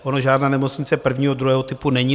Ona žádná nemocnice prvního, druhého typu není.